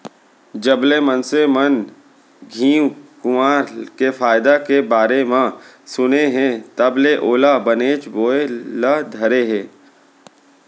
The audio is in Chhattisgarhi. जबले मनसे मन घींव कुंवार के फायदा के बारे म सुने हें तब ले ओला बनेच बोए ल धरे हें